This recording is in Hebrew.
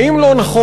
האם לא נכון,